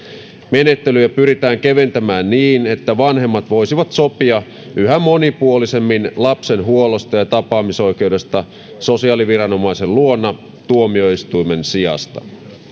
menettelyjä pyritään keventämään niin että vanhemmat voisivat sopia yhä monipuolisemmin lapsen huollosta ja tapaamisoikeudesta sosiaaliviranomaisen luona tuomioistuimen sijasta